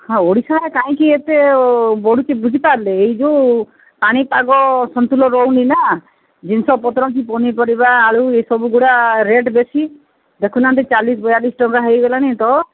ହଁ ଓଡ଼ିଶାରେ କାହିଁକି ଏତେ ବଢ଼ୁଛି ବୁଝିପାରଲେ ଏଇ ଯୋଉ ପାଣିପାଗ ସନ୍ତୁଳନ ରହୁନି ନା ଜିନିଷ ପତ୍ର ହିଁ ପନିପରିବା ଆଳୁ ଏଇସବୁ ଗୁଡ଼ା ରେଟ୍ ବେଶୀ ଦେଖୁନାହାଁନ୍ତି ଚାଳିଶ ବୟାଳିଶ ଟଙ୍କା ହୋଇଗଲାଣି ତ